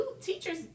teachers